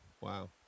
Wow